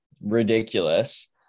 Ridiculous